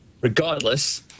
regardless